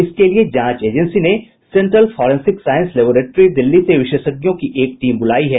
इसके लिए जांच एजेंसी ने सेंट्रल फारेंसिक साइस लेबोरेट्री दिल्ली से विशेषज्ञों की एक टीम बुलायी है